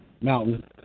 mountain